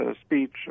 speech